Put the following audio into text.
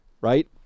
right